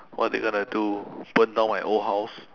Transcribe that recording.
what they gonna do burn down my old house